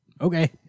Okay